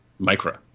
Micra